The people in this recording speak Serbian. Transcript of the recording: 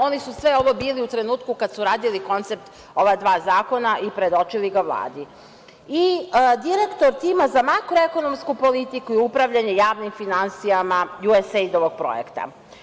Oni su sve ovo bili u trenutku kada su radili koncept ova dva zakona i predočili ga Vladi i direktor tima za makroekonomsku politiku i upravljanje javnim finansijama USAID projekta.